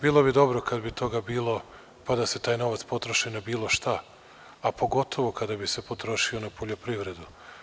Bilo bi dobro kada bi toga bilo, pa da se taj novac potroši na bilo šta, a pogotovo kada bi se potrošio na poljoprivredu.